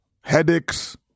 headaches